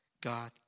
God